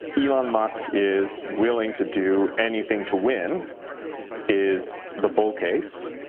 elon musk is willing to do anything to win is the bull case.